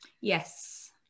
Yes